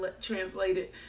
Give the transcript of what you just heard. translated